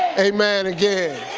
amen again.